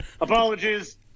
Apologies